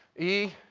e